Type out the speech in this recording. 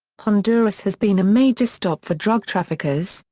honduras has been a major stop for drug traffickers,